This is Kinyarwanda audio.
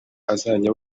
azajya